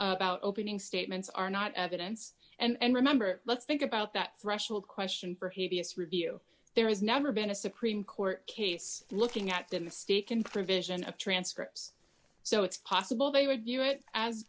about opening statements are not evidence and remember let's think about that threshold question for hideous review there is never been a supreme court case looking at the mistaken provision of transcripts so it's possible they would view it as